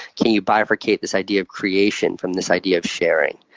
can you bifurcate this idea of creation from this idea of sharing?